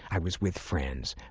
i was with friends.